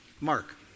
Mark